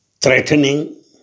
threatening